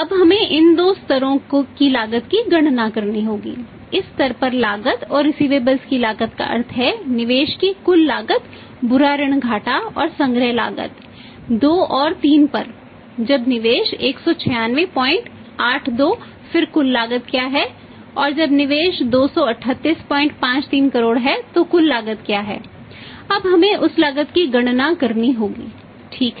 अब हमें इन दो स्तरों की लागत की गणना करनी होगी इस स्तर पर लागत और रिसिवेबलस की लागत का अर्थ है निवेश की कुल लागत बुरा ऋण घाटा और संग्रह लागत 2 और 3 पर जब निवेश 19682 फिर कुल लागत क्या है और जब निवेश 23853 करोड़ है तो कुल लागत क्या है अब हमें उस लागत की गणना करनी होगी ठीक है